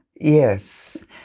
Yes